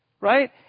Right